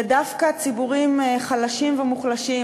ודווקא ציבורים חלשים ומוחלשים,